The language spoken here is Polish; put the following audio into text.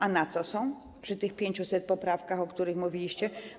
A na co są, przy tych 500 poprawkach, o których mówiliście?